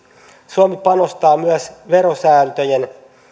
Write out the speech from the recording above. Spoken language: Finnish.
suomi panostaa myös verosääntöjen